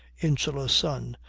insular sun,